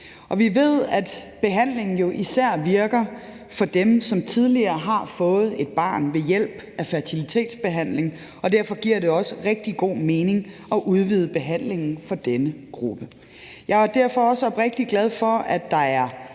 Vi ved, at behandlingen især virker for dem, som tidligere har fået et barn ved hjælp af fertilitetsbehandling, og derfor giver det også rigtig god mening at udvide behandlingen for denne gruppe. Jeg er derfor også oprigtigt glad for, at der er